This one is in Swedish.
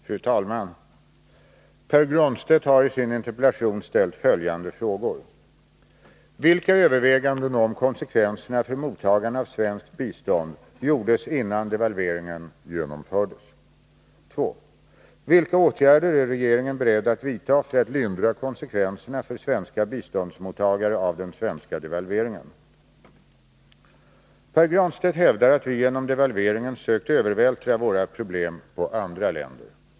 Fru talman! Pär Granstedt har i sin interpellation ställt följande frågor: 1. Vilka överväganden om konsekvenserna för mottagarna av svenskt bistånd gjordes innan devalveringen genomfördes? Herr Granstedt hävdar att vi genom devalveringen sökt övervältra våra problem på andra länder.